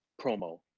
promo